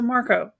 Marco